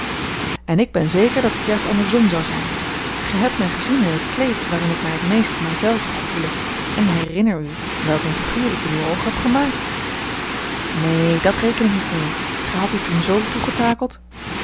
en ik ben zeker dat het juist andersom zou zijn gij hebt mij gezien in het kleed waarin ik mij het meest mij zelve gevoele en herinner u welk eene figuur ik in uwe oogen heb gemaakt neen dat rekent niet meê gij hadt u toen zoo